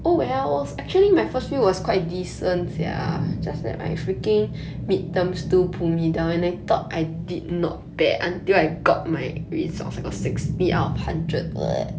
mm